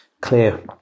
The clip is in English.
clear